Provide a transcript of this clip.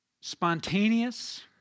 spontaneous